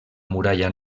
muralla